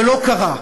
זה לא קרה.